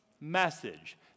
message